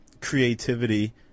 creativity